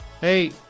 Hey